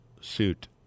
suit